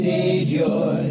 Savior